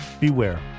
beware